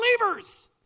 believers